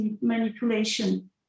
manipulation